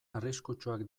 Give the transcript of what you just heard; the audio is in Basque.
arriskutsuak